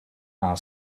our